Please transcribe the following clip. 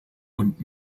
und